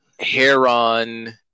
Heron